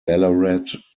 ballarat